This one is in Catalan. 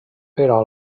però